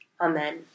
Amen